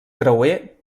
creuer